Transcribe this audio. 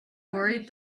worried